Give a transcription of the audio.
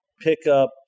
pickup